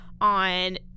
on